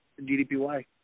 DDPY